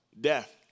Death